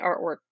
artwork